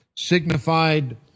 signified